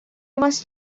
must